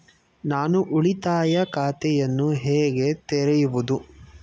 ನಾನು ಉಳಿತಾಯ ಖಾತೆಯನ್ನು ಹೇಗೆ ತೆರೆಯುವುದು?